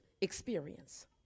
experience